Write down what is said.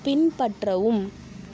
பின்பற்றவும்